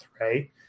right